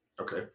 okay